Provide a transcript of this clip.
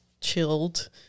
chilled